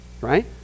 right